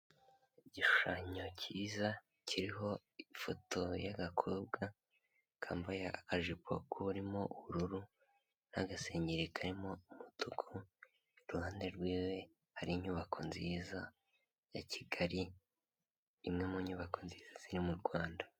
Igishushanyo cyiza kiriho ifoto y'agakobwa kambaye akajipo kurimo ubururu n'agasengeri karimo umutuku, iruhande rwiwe hari inyubako nziza ya Kigali, imwe mu nyubako nziza ziri mu Rwanda.